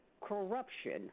corruption